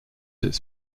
its